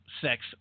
Sex